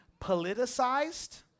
politicized